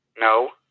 No